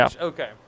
Okay